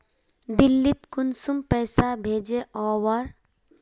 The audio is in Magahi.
दिल्ली त कुंसम पैसा भेज ओवर?